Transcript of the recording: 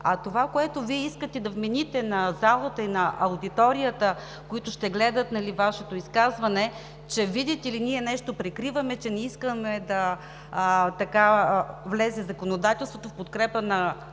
А това, което искате да вмените на залата и на аудиторията, които ще гледат Вашето изказване, че, видите ли, ние нещо прикриваме, че не искаме да влезе законодателството в подкрепа на хората